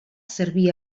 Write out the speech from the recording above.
serví